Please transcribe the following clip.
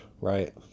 right